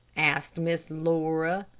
asked miss laura.